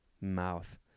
mouth